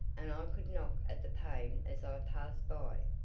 and i could knock at the pane as i passed by.